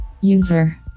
User